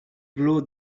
blow